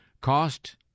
cost